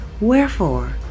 Wherefore